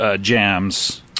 jams